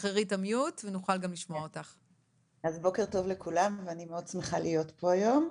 אז בוקר טוב לכולם ואני מאוד שמחה להיות פה היום.